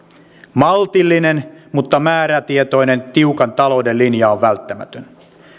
maltillinen mutta määrätietoinen tiukan talouden linja on välttämätön